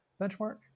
benchmark